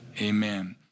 Amen